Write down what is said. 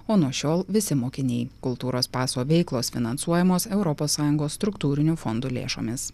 o nuo šiol visi mokiniai kultūros paso veiklos finansuojamos europos sąjungos struktūrinių fondų lėšomis